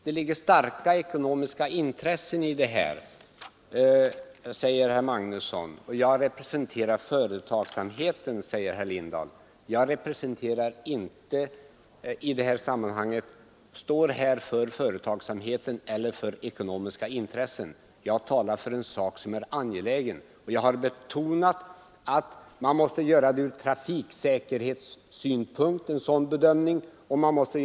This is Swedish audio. Det ligger starka ekonomiska intressen i bakgrunden, säger herr Magnusson. Herr Sellgren representerar företagsamheten, säger herr Lindahl. Jag står inte här som talesman för företagsamheten eller för några ekonomiska intressen. Jag talar för en sak som är angelägen, och jag har betonat att man måste göra både en bedömning ur trafiksäkerhetssynpunkt och en ekonomisk avvägning.